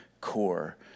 core